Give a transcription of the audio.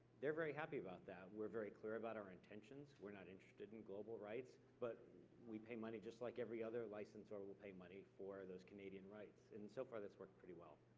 they're very happy about that. we're very clear about our intentions. we're not interested in global rights. but we pay money just like every other licencor will will pay money for those canadian rights. and so far, that's worked pretty well.